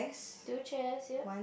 two chairs yep